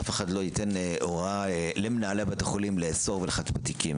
אף אחד לא ייתן הוראה למנהלי בתי החולים לאסור ולחטט בתיקים,